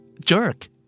Jerk